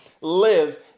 live